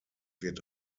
wird